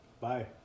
Bye